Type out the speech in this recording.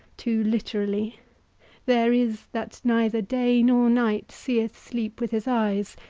too literally there is that neither day nor night seeth sleep with his eyes,